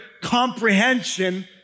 comprehension